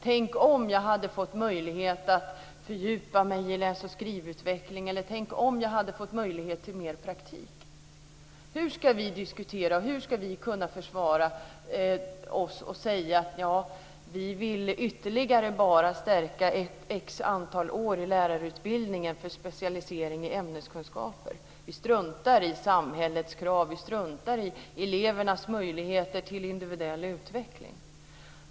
Tänk om jag hade fått möjlighet att fördjupa mig i läs och skrivutveckling. Tänk om jag hade fått möjlighet till mer praktik. Hur ska vi diskutera? Hur ska vi kunna försvara oss och säga: Vi vill ytterligare bara stärka ett visst antal år i lärarutbildningen för specialisering i ämneskunskaper. Vi struntar i samhällets krav. Vi struntar i elevernas möjligheter till individuell utveckling.